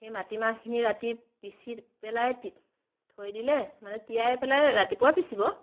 সেই মাটিমাহখিনি ৰাতি পিচি পেলাই তি থৈ দিলে মানে তিয়াই পেলাই ৰাতিপুৱা পিচিব